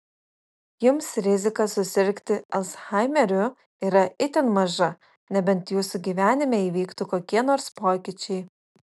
jums rizika susirgti alzhaimeriu yra itin maža nebent jūsų gyvenime įvyktų kokie nors pokyčiai